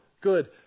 good